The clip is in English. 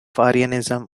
arianism